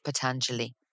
Patanjali